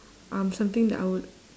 um something that I would